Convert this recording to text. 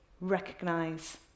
recognize